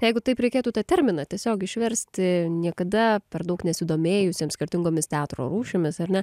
jeigu taip reikėtų tą terminą tiesiog išversti niekada per daug nesidomėjusiam skirtingomis teatro rūšimis ar ne